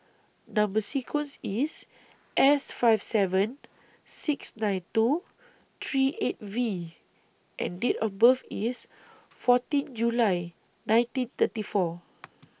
Number sequence IS S five seven six nine two three eight V and Date of birth IS fourteen July nineteen thirty four